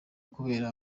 ukubera